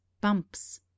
bumps